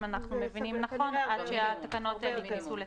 אנחנו מבינים נכון עד שהתקנות האלה ייכנסו לתוקף.